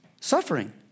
Suffering